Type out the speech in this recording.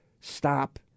Stop